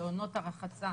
בעונות הרחצה